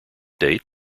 date